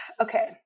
okay